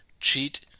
cheat